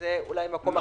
זה אולי במקום אחר.